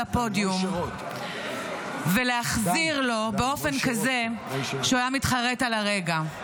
הפודיום ולהחזיר לו באופן כזה שהוא היה מתחרט על הרגע.